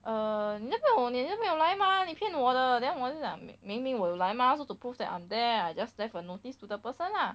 err 那个我你也是没有来 mah 你骗我的 then 我 just like 明明我有来 mah so to prove that I'm there just left a notice to the person lah